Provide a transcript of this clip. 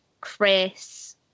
Chris